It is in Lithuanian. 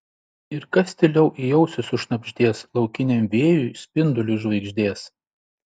ir kas tyliau į ausį sušnabždės laukiniam vėjui spinduliui žvaigždės